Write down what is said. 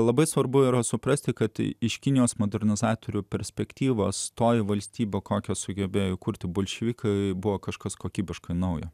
labai svarbu yra suprasti kad iš kinijos modernaus atvejo perspektyvos toji valstybė kokią sugebėjo įkurti bolševikai buvo kažkas kokybiškai naujo